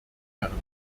herren